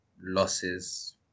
losses